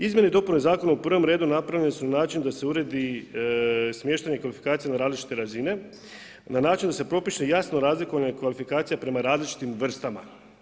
Izmjene i dopune zakona u prvom redu napravljene su na način da se uredi smještanje kvalifikacija na različite razine na način da se propiše jasno razlikovanje kvalifikacija prema različitim vrstama.